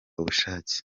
ubushake